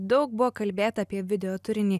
daug buvo kalbėta apie video turinį